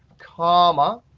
comma.